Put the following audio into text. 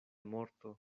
morto